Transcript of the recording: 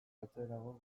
atzerago